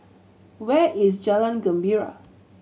where is Jalan Gembira